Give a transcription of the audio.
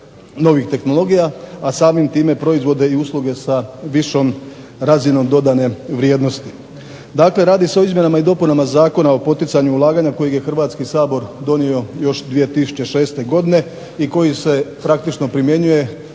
novih tehnologija, a samim time proizvode i usluge sa višom razinom dodane vrijednosti. Dakle, radi se o izmjenama i dopunama Zakona o poticanju ulaganja kojeg je Hrvatski sabor donio još 2006. godine i koji se praktično primjenjuje